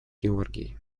георгий